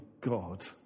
God